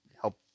help